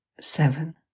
seven